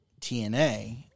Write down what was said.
TNA